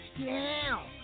now